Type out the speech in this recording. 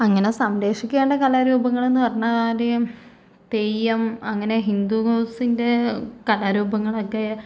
അങ്ങനെ സംരക്ഷിക്കേണ്ട കലാരൂപങ്ങളെന്ന് പറഞ്ഞാൽ ആദ്യം തെയ്യം അങ്ങനെ ഹിന്ദൂസിൻ്റെ കലാരൂപങ്ങളൊക്കെ